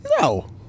No